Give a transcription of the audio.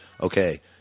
okay